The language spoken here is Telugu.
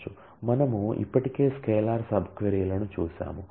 మనము ఇప్పటికే స్కేలార్ సబ్ క్వరీలను చూశాము